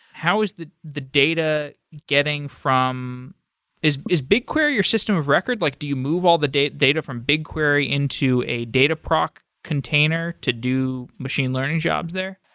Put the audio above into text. how was the the data getting from is is bigquery your system of record? like do you move all the data data from bigquery into a dataproc container to do machine learning jobs there?